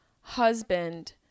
husband